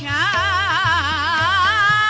aa